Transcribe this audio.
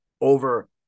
over